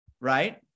right